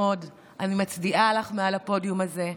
אני מצדיעה לך מעל הפודיום הזה,